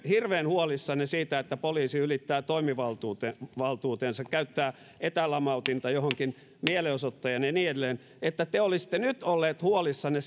hirveän huolissanne siitä että poliisi ylittää toimivaltuutensa käyttää etälamautinta johonkin mielenosoittajaan ja niin edelleen että te olisitte nyt olleet huolissanne